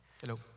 Hello